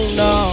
no